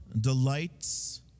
delights